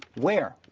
where?